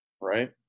right